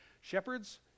Shepherds